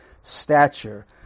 stature